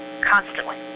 constantly